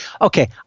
okay